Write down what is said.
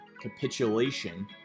capitulation